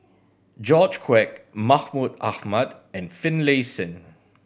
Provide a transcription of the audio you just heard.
George Quek Mahmud Ahmad and Finlayson